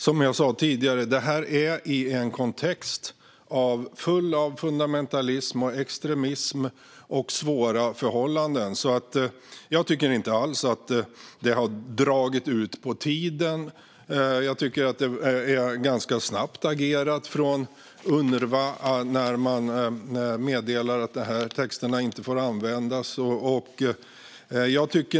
Som jag sa tidigare är det här en kontext full av fundamentalism, extremism och svåra förhållanden. Jag tycker inte alls att det har dragit ut på tiden, utan jag tycker att det är ganska snabbt agerat från Unrwa när man meddelar att de här texterna inte får användas.